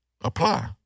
apply